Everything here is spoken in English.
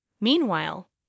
Meanwhile